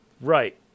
Right